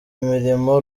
imirimo